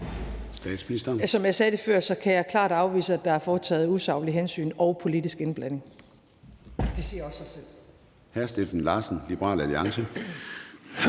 Som jeg sagde det før, kan jeg klart afvise, at der er taget usaglige hensyn og har været politisk indblanding – det siger også sig selv.